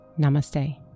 Namaste